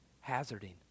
hazarding